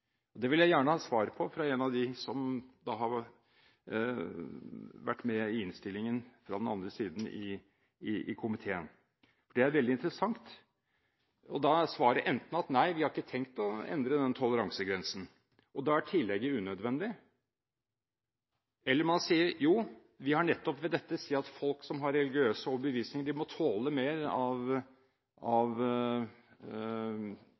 ikke? Det vil jeg gjerne ha svar på fra en av dem fra den andre siden i komiteen som har vært med på innstillingen. Det vil være veldig interessant. Svaret vil enten være nei, vi har ikke tenkt å endre denne toleransegrensen – da er tillegget unødvendig – eller man vil si jo, vi vil med dette si at folk som har en religiøs overbevisning, må tåle mer av